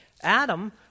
Adam